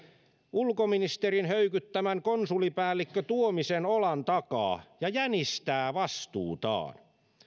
ulkoministerin höykyttämän konsulipäällikkö tuomisen olan takaa ja jänistää vastuutaan